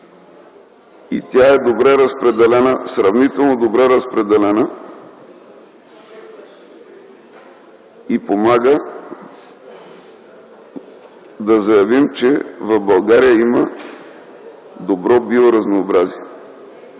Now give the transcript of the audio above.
и тя е сравнително добре разпределена, и помага да заявим, че в България има добро биоразнообразие.